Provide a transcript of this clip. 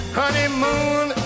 honeymoon